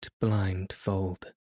blindfold